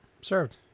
served